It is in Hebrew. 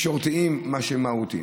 תקשורתיים מאשר מהותיים.